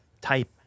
type